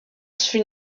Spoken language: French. fut